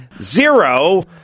zero